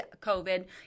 COVID